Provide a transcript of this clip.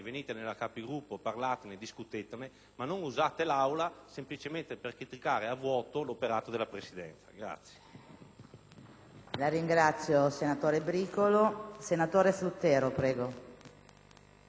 ma non usate l'Aula semplicemente per criticare a vuoto l'operato della Presidenza.